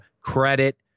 credit